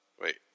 wait